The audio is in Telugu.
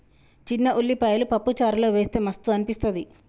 చిన్న ఉల్లిపాయలు పప్పు చారులో వేస్తె మస్తు అనిపిస్తది